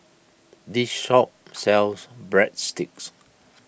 this shop sells Breadsticks